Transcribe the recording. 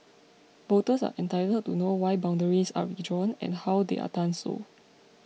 voters are entitled to know why boundaries are redrawn and how they are done so